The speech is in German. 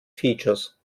features